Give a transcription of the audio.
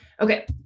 Okay